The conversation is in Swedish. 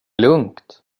lugnt